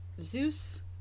zeus